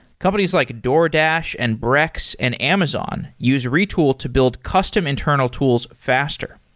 companies like a doordash, and brex, and amazon use retool to build custom internal tools faster.